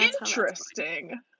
interesting